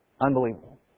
unbelievable